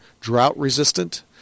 drought-resistant